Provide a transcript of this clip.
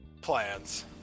plans